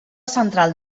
central